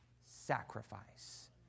sacrifice